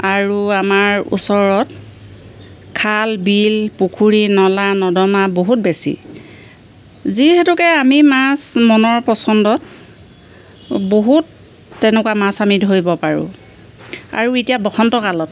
আৰু আমাৰ ওচৰত খাল বিল পুখুৰী নলা নৰ্দমা বহুত বেছি যিহেতুকে আমি মাছ মনৰ পচন্দত বহুত তেনেকুৱা মাছ আমি ধৰিব পাৰোঁ আৰু এতিয়া বসন্ত কালত